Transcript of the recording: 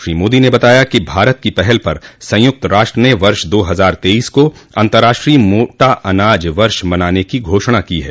श्री मोदी ने बताया कि भारत की पहल पर संयुक्त राष्ट्र ने वर्ष दो हजार तेइस को अंतर्राष्ट्रीय मोटा अनाज वर्ष मनाने की घोषणा की है